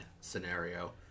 scenario